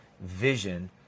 vision